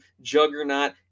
juggernaut